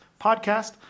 Podcast